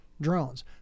drones